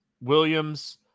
Williams